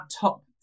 top